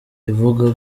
ivuga